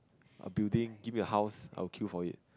a building give a house I will queue for it